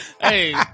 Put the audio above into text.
Hey